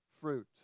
fruit